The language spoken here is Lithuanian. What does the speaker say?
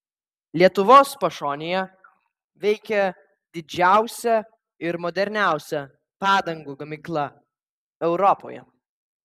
lietuvos pašonėje veikia didžiausia ir moderniausia padangų gamykla europoje